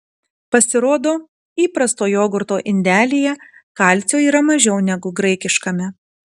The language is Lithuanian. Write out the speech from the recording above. pasirodo įprasto jogurto indelyje kalcio yra mažiau negu graikiškame